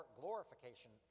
glorification